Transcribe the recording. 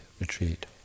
retreat